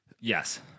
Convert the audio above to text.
Yes